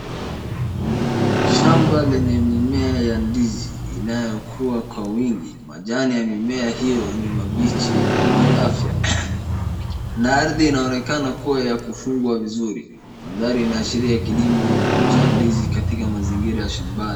Shamba lenye mimea ya ndizi inayokuwa kwa wingi. Majani ya mimea hio ni mabichi na yenye afya, na ardhi inaonekana ya kufungwa vizuri. Mandhari inaashiria kilimo cha ndizi katika mazingira ya shambani.